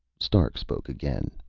stark spoke again,